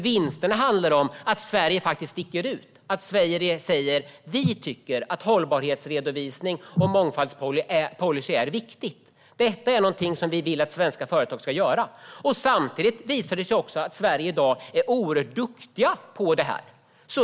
Det handlar om att Sverige faktiskt sticker ut och säger att vi tycker att det är viktigt med hållbarhetsredovisning och mångfaldspolicyer, att detta är någonting som vi vill att svenska företag ska göra. Samtidigt visar det sig att Sverige i dag är oerhört duktigt på det här.